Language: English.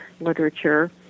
literature